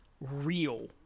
real